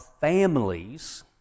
families